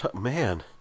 Man